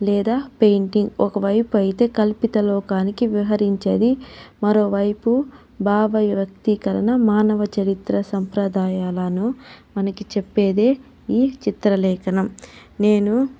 లేదా పెయింటింగ్ ఒకవైవు అయితే కల్పిత లోకానికి విహరించేది మరోవైపు భావ వ్యక్తీకరణ మానవ చరిత్ర సంప్రదాయలను మనకి చెప్పేదే ఈ చిత్రలేఖనం నేను